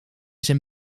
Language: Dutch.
zijn